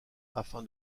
afin